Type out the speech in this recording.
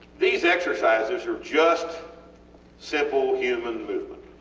these exercises are just simple human movement.